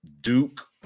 Duke